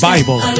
Bible